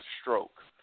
stroke